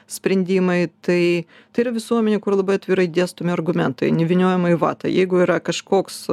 sprendimai tai tai yra visuomenė kur labai atvirai dėstomi argumentai nevyniojama į vatą jeigu yra kažkoks